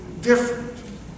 different